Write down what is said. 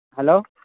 hello